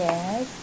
Yes